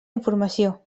informació